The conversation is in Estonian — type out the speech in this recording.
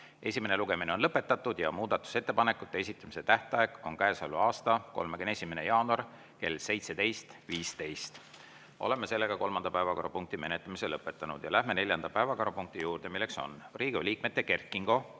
Esimene lugemine on lõpetatud ja muudatusettepanekute esitamise tähtaeg on käesoleva aasta 31. jaanuar kell 17.15. Oleme kolmanda päevakorrapunkti menetlemise lõpetanud. Läheme neljanda päevakorrapunkti juurde. See on Riigikogu liikmete Kert Kingo,